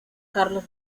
carlos